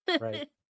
Right